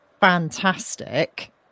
fantastic